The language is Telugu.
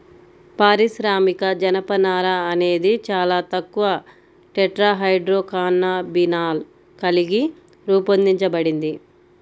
పారిశ్రామిక జనపనార అనేది చాలా తక్కువ టెట్రాహైడ్రోకాన్నబినాల్ కలిగి రూపొందించబడింది